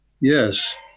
Yes